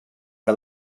que